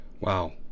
Wow